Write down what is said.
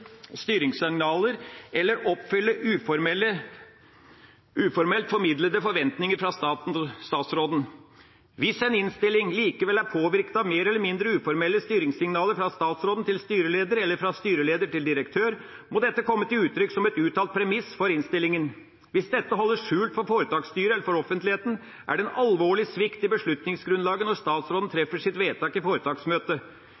styringssignaler eller oppfylle uformelt formidlede forventninger fra statsråden. Hvis en innstilling likevel er påvirket av mer eller mindre uformelle styringssignaler fra statsråd til styreleder, eller fra styreleder til direktør, må dette komme til uttrykk som et uttalt premiss for innstillinga. Hvis dette holdes skjult for foretaksstyret eller offentligheten, er det en alvorlig svikt i beslutningsgrunnlaget når statsråden treffer sitt vedtak i foretaksmøtet.